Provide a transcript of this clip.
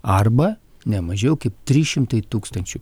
arba ne mažiau kaip trys šimtai tūkstančių